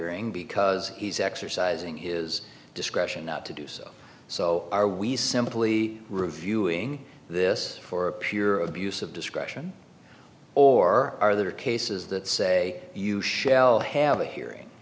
hearing because he's exercising his discretion not to do so so are we simply reviewing this for a pure abuse of discretion or are there cases that say you shall have a hearing